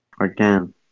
Again